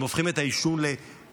הם הופכים את העישון לטעים,